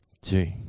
two